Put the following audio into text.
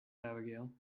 abigail